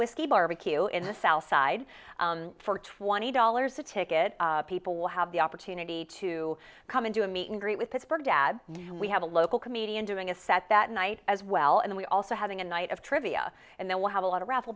whiskey barbecue in the south side for twenty dollars a ticket people will have the opportunity to come and do a meet and greet with pittsburgh dad we have a local comedian doing a set that night as well and we also having a night of trivia and then we'll have a lot of raffle